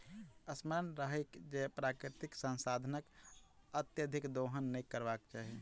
स्मरण रहय जे प्राकृतिक संसाधनक अत्यधिक दोहन नै करबाक चाहि